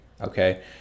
okay